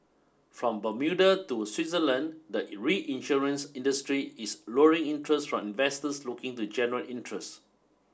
from Bermuda to Switzerland the reinsurance industry is luring interest from investors looking to generate interest